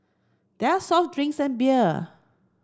there are soft drinks and beer